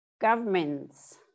governments